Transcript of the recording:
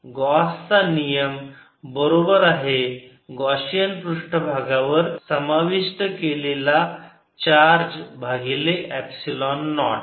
Gauss चा नियम बरोबर आहे गाशिअन पृष्ठभागावर समाविष्ट केलेला चार्ज भागिले एप्सिलॉन नॉट